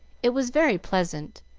it was very pleasant,